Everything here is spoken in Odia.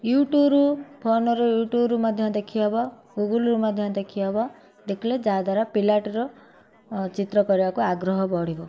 ୟୁଟ୍ୟୁବରୁ ଫୋନରୁ ୟୁଟ୍ୟୁବରୁ ମଧ୍ୟ ଦେଖିହବ ଗୁଗୁଲରୁ ମଧ୍ୟ ଦେଖିହବ ଦେଖିଲେ ଯାହାଦ୍ୱାରା ପିଲାଟିର ଚିତ୍ର କରିବାକୁ ଆଗ୍ରହ ବଢ଼ିବ